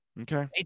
okay